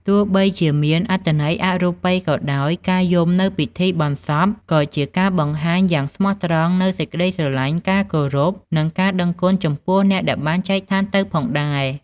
ទោះបីជាមានអត្ថន័យអរូបិយក៏ដោយ ការយំនៅពិធីបុណ្យសពក៏ជាការបង្ហាញយ៉ាងស្មោះត្រង់នូវសេចក្តីស្រឡាញ់ ការគោរព និងការដឹងគុណចំពោះអ្នកដែលបានចែកឋានទៅផងដែរ។